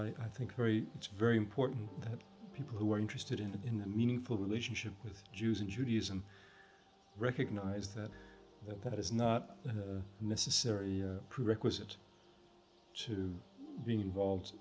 that i think very it's very important that people who are interested in the meaningful relationship with jews and judaism recognize that that that is not necessary prerequisite to being involved